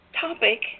topic